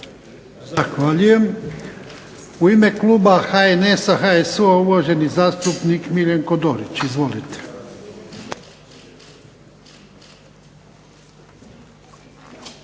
Zahvaljujem. U ime kluba HNS-a, HSU-a uvaženi zastupnik Miljenko Dorić. Izvolite.